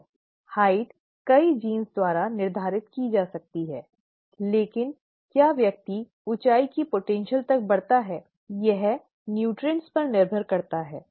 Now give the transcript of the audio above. ऊंचाई कई जीनों द्वारा निर्धारित की जा सकती है लेकिन क्या व्यक्ति ऊंचाई की क्षमता तक बढ़ता है पोषण पर निर्भर करता है है ना